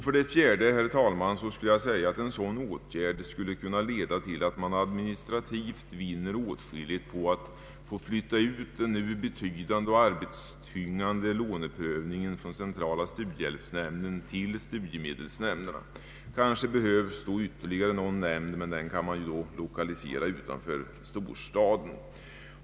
För det fjärde, herr talman, anser jag att man administrativt skulle kunna vinna åtskilligt på att få flytta ut den nu betydande och arbetskrävande låneprövningen från centrala studiehjälpsnämnden till studiemedelsnämnderna. Kanske behövs då ytterligare någon nämnd, men den kan i så fall lokaliseras utanför storstaden.